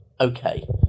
Okay